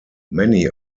many